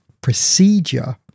procedure